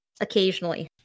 occasionally